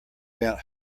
bent